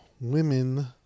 women